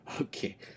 Okay